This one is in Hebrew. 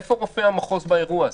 איפה מופיע המחוז באירוע הזה?